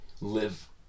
live